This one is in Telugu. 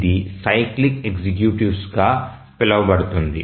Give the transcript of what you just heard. ఇది సైక్లిక్ ఎగ్జిక్యూటివ్స్గా పిలవబడుతుంది